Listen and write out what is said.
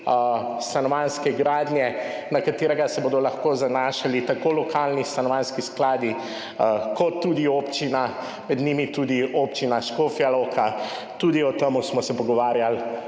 stanovanjske gradnje, na katerega se bodo lahko zanašali tako lokalni stanovanjski skladi kot tudi občina, med njimi tudi občina Škofja Loka. Tudi o tem smo se pogovarjali